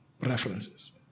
references